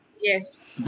Yes